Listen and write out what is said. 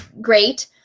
great